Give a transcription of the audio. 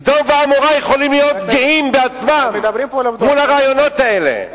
סדום ועמורה יכולים להיות גאים בעצמם מול הרעיונות האלה.